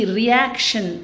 reaction